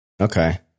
Okay